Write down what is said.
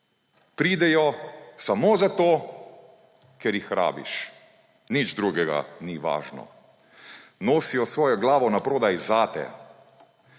Pridejo samo zato, ker jih rabiš, nič drugega ni važno. Nosijo svojo glavo naprodaj zate.